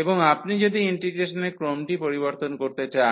এবং আপনি যদি ইন্টিগ্রেশনের ক্রমটি পরিবর্তন করতে চান